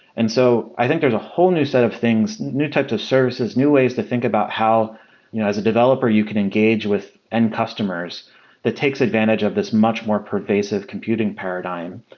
and so i think there's a whole new set of things, new types of services, new ways to think about how as a developer you can engage with n-customers that takes advantage of this much more pervasive computing paradigm,